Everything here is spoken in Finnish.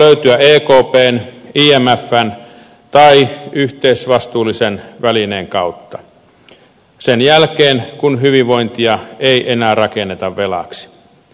ratkaisu voi löytyä ekpn imfn tai yhteisvastuullisen välineen kautta sen jälkeen kun hyvinvointia ei enää rakenneta velaksi